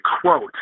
quote